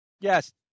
Yes